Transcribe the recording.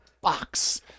box